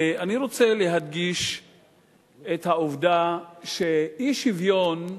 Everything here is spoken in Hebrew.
אני רוצה להדגיש את העובדה שאי-שוויון,